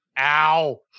Ow